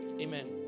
Amen